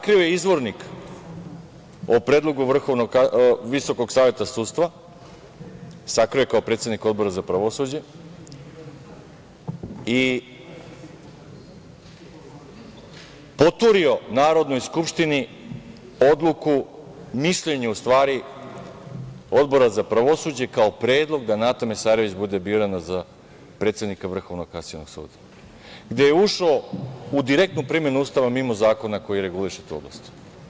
Sakrio je Izvornik o predlogu Visokog saveta sudstva, sakrio je kao predsednik Odbora za pravosuđe i poturio Narodnoj skupštini odluku, u stvari mišljenje Odbora za pravosuđe kao predlog da Nata Mesarović bude birana za predsednika Vrhovnog kasacionog suda, gde je ušao u direktnu primenu Ustavu mimo zakona koji reguliše tu oblast.